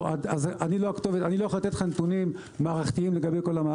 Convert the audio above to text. אני לא יכול לתת לך נתונים מערכתיים לגבי כל המערכת.